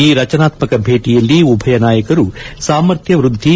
ಈ ರಚನಾತ್ಮಕ ಭೇಟಿಯಲ್ಲಿ ಉಭಯ ನಾಯಕರು ಸಾಮರ್ಥ್ಯ ವೃದ್ಧಿ